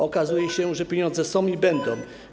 Okazuje się, że pieniądze są i będą.